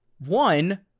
one